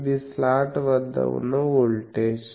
ఇది స్లాట్ వద్ద ఉన్న వోల్టేజ్